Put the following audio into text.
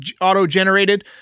auto-generated